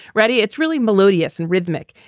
ready? it's really melodious and rhythmic.